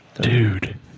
Dude